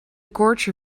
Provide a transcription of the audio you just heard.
koordje